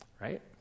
Right